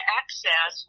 access